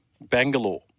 Bangalore